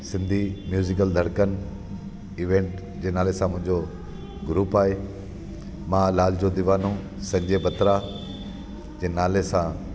Sindhi musical Dhadkan event जे नाले सां मुंहिंजो ग्रुप आहे मां लाल जो दीवानो संजय बत्रा जे नाले सां